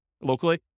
locally